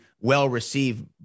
well-received